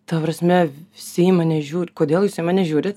ta prasme visi į mane žiūri kodėl jūs į mane žiūrit